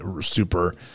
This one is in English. super –